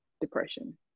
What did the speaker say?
depression